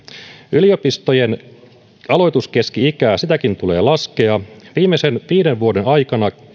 yliopistojen aloituskeski ikääkin tulee laskea viimeisten viiden vuoden aikana